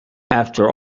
after